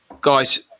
guys